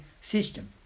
system